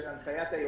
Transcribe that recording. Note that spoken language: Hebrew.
הנחיית היועץ.